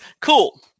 cool